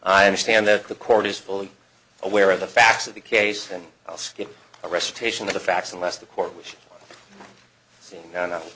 i understand that the court is fully aware of the facts of the case and i'll skip a recitation of the facts unless the court which